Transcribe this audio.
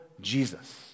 Jesus